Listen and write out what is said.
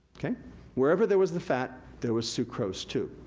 where ever there was the fat, there was sucrose too.